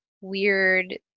weird